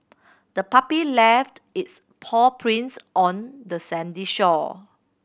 the puppy left its paw prints on the sandy shore